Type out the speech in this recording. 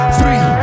three